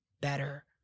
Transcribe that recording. better